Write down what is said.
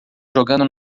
jogando